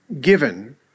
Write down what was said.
given